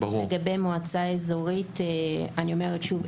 לגבי המועצה האזורית אני אומרת שוב,